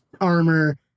armor